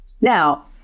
Now